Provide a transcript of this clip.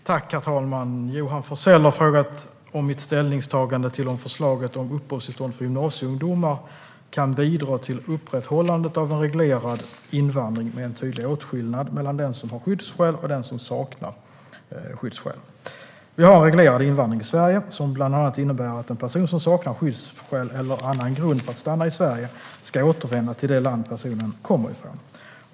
Herr talman! Johan Forssell har frågat om mitt ställningstagande till om förslaget om uppehållstillstånd för gymnasieungdomar kan bidra till upprätthållandet av en reglerad invandring med en tydlig åtskillnad mellan den som har skyddsskäl och den som saknar skyddsskäl. Vi har en reglerad invandring i Sverige, som bland annat innebär att en person som saknar skyddsskäl eller annan grund för att stanna i Sverige ska återvända till det land personen kommer ifrån.